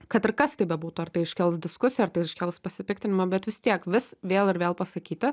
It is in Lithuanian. kad ir kas tai bebūtų ar tai iškels diskusiją ar tai iškels pasipiktinimą bet vis tiek vis vėl ir vėl pasakyti